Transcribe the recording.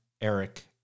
Eric